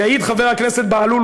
יעיד חבר הכנסת בהלול,